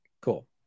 Cool